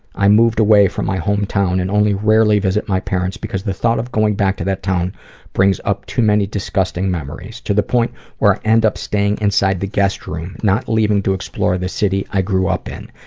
i moved away from my hometown and only rarely visit my parents because the thought of going back to that town brings up too many disgusting memories, to the point where i end up staying inside the guest room, not leaving to explore the city the city i grew up in.